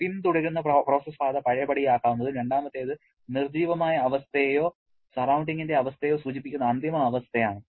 പിന്തുടരുന്ന പ്രോസസ്സ് പാത പഴയപടിയാക്കാവുന്നതും രണ്ടാമത്തേത് നിർജ്ജീവമായ അവസ്ഥയേയോ സറൌണ്ടിങ്ങിന്റെ അവസ്ഥയേയോ സൂചിപ്പിക്കുന്ന അന്തിമ അവസ്ഥ ആണ്